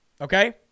okay